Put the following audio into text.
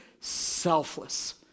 selfless